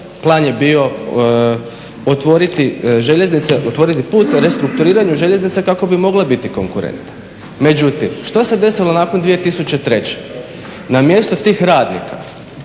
željeznica otvoriti put restrukturiranju željeznica kako bi mogle biti konkurentne. Međutim, što se desilo nakon 2003.? Na mjesto tih radnika